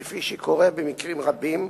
כפי שקורה במקרים רבים,